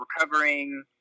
recovering